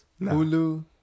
Hulu